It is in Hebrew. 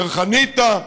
לחניתה,